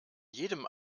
jedem